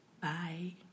bye